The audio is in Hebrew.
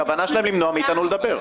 הכוונה שלהם היא למנוע מאתנו לדבר.